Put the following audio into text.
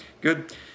Good